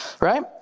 right